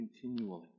continually